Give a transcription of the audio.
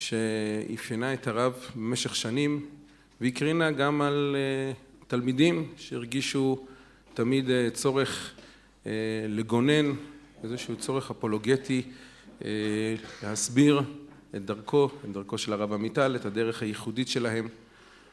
שאיפיינה את הרב במשך שנים, והקרינה גם על תלמידים שהרגישו תמיד צורך לגונן... איזשהו צורך אפולוגטי, אה... להסביר את דרכו... את דרכו של הרב עמיטל, את הדרך הייחודית שלהם.